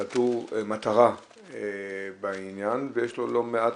חתור מטרה בעניין ויש לו לא מעט,